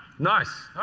nice.